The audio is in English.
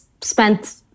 spent